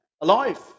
alive